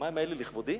המים האלה לכבודי?